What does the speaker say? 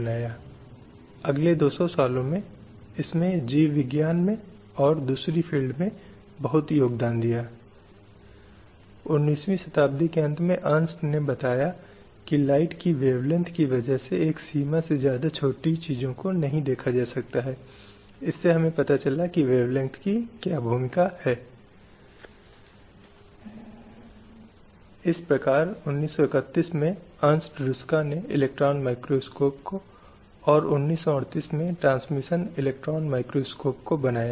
slide समय संदर्भ 0817 अब अंतर्राष्ट्रीय विकास के साथ शुरू करने के लिए यदि हम संयुक्त राष्ट्र 1945 की प्रस्तावना को देखें तो यह मौलिक मानवाधिकारों में मानव की गरिमा और सार्थकता में पुरुषों और महिलाओं के समान अधिकारों में छोटे बड़े राष्ट्रों में विश्वास की पुन पुष्टि करता है